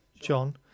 John